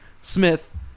Smith